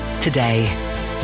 today